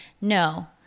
no